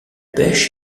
pêche